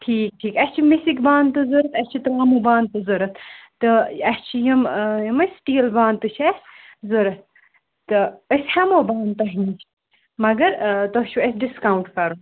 ٹھیٖک ٹھیٖک اسہِ چھِ مسِک بانہٕ تہِ ضرورت اسہِ چھِ ترٛاموٗ بانہٕ تہِ ضروٗرت تہٕ اسہِ چھِ یِم ٲں یِم حظ سِٹیٖل بانہٕ تہِ چھِ اسہِ ضرورت تہٕ أسۍ ہیٚمو بانہٕ تۄہہِ نِش مگر ٲں تۄہہِ چھُ اسہِ ڈِسکونٛٹ کَرُن